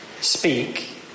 speak